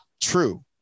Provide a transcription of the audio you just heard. true